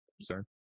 Sir